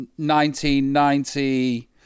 1990